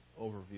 overview